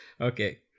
Okay